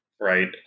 right